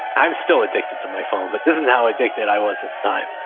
i'm still addicted to my phone, but this is how addicted i was at the time.